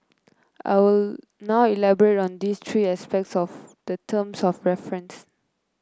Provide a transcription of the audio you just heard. I will now elaborate on these three aspects of the terms of reference